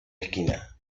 esquina